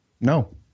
No